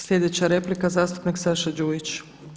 Sljedeća replika zastupnik Saša Đujić.